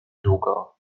długo